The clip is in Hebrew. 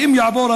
ואם יעבור,